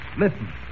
listen